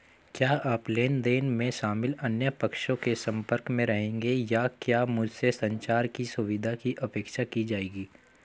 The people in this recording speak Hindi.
क्या आप लेन देन में शामिल अन्य पक्षों के संपर्क में रहेंगे या क्या मुझसे संचार की सुविधा की अपेक्षा की जाएगी?